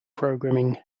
programming